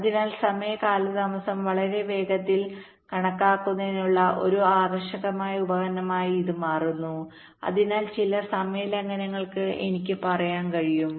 അതിനാൽ സമയ കാലതാമസം വളരെ വേഗത്തിൽ കണക്കാക്കുന്നതിനുള്ള ഒരു ആകർഷകമായ ഉപകരണമായി ഇത് മാറുന്നു അതിനാൽ ചില സമയ ലംഘനങ്ങൾ എനിക്ക് പറയാൻ കഴിയും